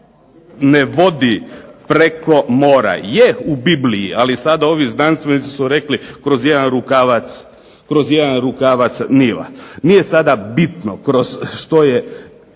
ne vodi preko mora. Je u Bibliji ali sada ovi znanstvenici su rekli kroz jedan rukavac Nila. Nije sada bitno kroz